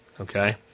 okay